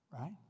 right